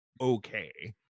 Okay